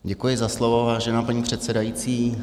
Děkuji za slovo, vážená paní předsedající.